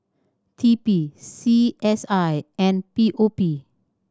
T P C S I and P O P